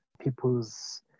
people's